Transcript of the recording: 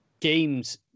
game's